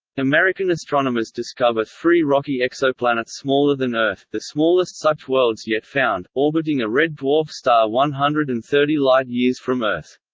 american astronomers discover three rocky exoplanets smaller than earth, the smallest such worlds yet found, orbiting a red dwarf star one hundred and thirty light-years from earth.